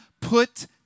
Put